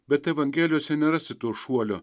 bet evangelijose nerasi to šuolio